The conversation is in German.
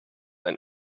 ein